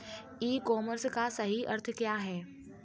ई commerce का सही अर्थ क्या है?